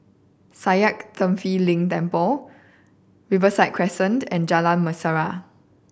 Sakya Tenphel Ling Temple Riverside Crescent and Jalan Mesra